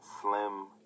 slim